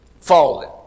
falling